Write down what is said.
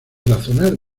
razonar